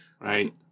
Right